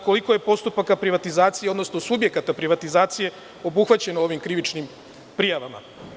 Koliko je postupaka privatizacije, odnosno subjekata privatizacije obuhvaćeno ovim krivičnim prijavama?